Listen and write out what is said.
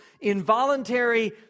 involuntary